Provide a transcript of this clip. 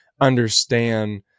understand